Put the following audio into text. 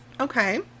okay